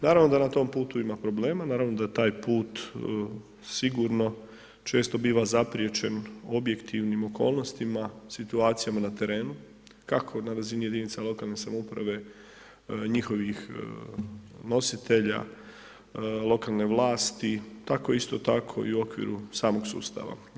Naravno da na tom putu ima problema, naravno da taj put, sigurno često biva zapriječen objektivnim okolnostima, situacijama na terenu, kako na razini jedinice lokalne samouprave, njihovih nositelja, lokalne vlasti tako i isto tako u okviru samog sustava.